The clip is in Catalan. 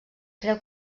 creu